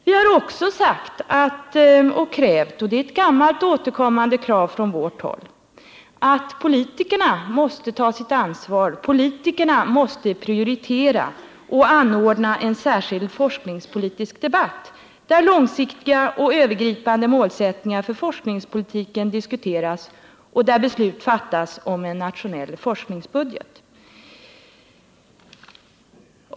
Vi har också krävt — och det är ett gammalt, återkommande krav från vårt håll — att politikerna skall ta sitt ansvar, att politikerna skall prioritera och anordna en särskild forskningspolitisk debatt, där långsiktiga och övergripande målsättningar för forskningspolitiken diskuteras och där beslut fattas om en nationell forskningsbudget.